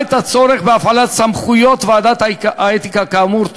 את הצורך בהפעלת סמכויות ועדת האתיקה כאמור.